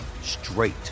straight